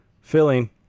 filling